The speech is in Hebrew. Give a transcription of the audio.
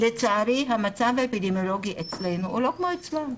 לצערי המצב האפידמיולוגי אצלנו הוא לא כמו אצלם.